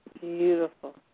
Beautiful